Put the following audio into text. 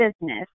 business